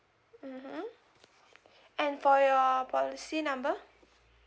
mmhmm and for your policy number